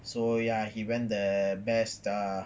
so ya he went the best ah